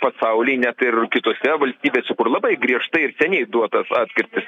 pasauly net ir kitose valstybėse kur labai griežtai ir seniai duotas atkirtis